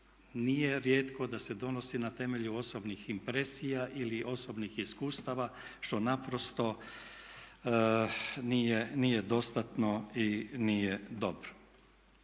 nije rijetko da se donosi na temelju osobnih impresija ili osobnih iskustava što naprosto nije dostatno i nije dobro.